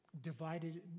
divided